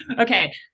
Okay